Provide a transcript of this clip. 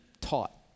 taught